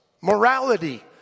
morality